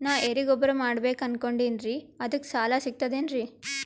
ನಾ ಎರಿಗೊಬ್ಬರ ಮಾಡಬೇಕು ಅನಕೊಂಡಿನ್ರಿ ಅದಕ ಸಾಲಾ ಸಿಗ್ತದೇನ್ರಿ?